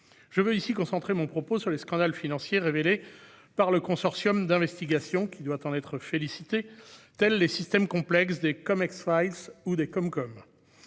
Je veux ici concentrer mon propos sur les scandales financiers révélés par un consortium d'investigation- qui doit en être félicité -, tels les systèmes complexes des ou des CumCum,